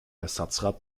ersatzrad